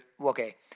okay